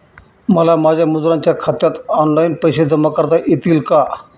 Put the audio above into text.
मला माझ्या मजुरांच्या खात्यात ऑनलाइन पैसे जमा करता येतील का?